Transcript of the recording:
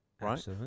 right